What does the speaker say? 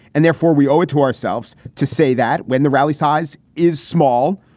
and therefore, we owe it to ourselves to say that when the rally size is small,